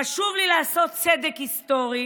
חשוב לי לעשות צדק היסטורי